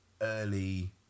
early